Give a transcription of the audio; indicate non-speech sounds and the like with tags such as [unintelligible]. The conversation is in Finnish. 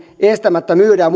estämättä myydä [unintelligible]